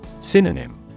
Synonym